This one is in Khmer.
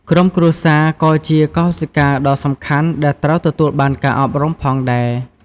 ក្រុមគ្រួសារ ក៏ជាកោសិកាដ៏សំខាន់ដែលត្រូវទទួលបានការអប់រំផងដែរ។